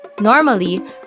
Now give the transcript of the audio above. Normally